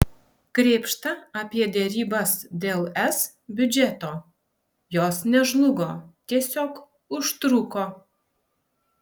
krėpšta apie derybas dėl es biudžeto jos nežlugo tiesiog užtruko